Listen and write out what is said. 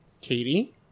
Katie